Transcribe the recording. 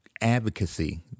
advocacy